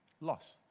Loss